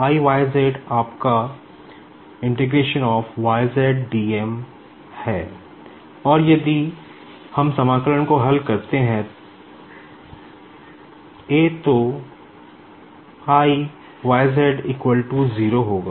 I YZ आपका है और यदि हम इंटीग्रेशन को हल करते हैंए तो I YZ 0 होगा